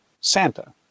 Santa